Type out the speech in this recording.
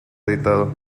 editado